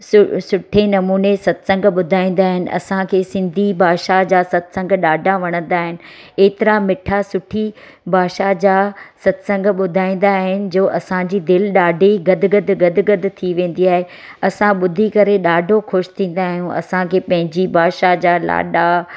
सु सुठे नमूने सतसंगु ॿुधाईंदा आहिनि असांखे सिंधी भाषा जा सतसंगु ॾाढा वणंदा आहिनि एतिरा मिठा सुठी भाषा जा सतसंग ॿुधाईंदा आहिनि जो असांजी दिलि ॾाढी गदगद गदगद थी वेंदी आहे असां ॿुधी करे ॾाढो ख़ुशि थींदा आहियूं असांखे पंहिंजी भाषा जा लाॾा